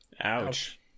Ouch